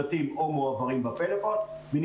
אז היום אתה לא יכול לאסוף מידע לגבי האפקטיביות.